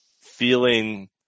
feeling